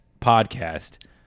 podcast